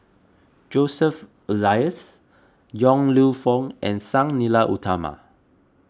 Joseph Elias Yong Lew Foong and Sang Nila Utama